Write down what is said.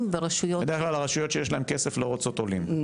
והרשויות --- בדרך כלל הרשויות שיש להן כסף לא רוצות עולים,